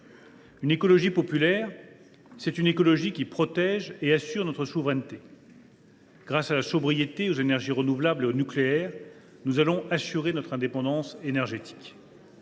Une écologie populaire, c’est une écologie qui protège et assure notre souveraineté. « Grâce à la sobriété, aux énergies renouvelables et au nucléaire, nous assurerons notre indépendance énergétique.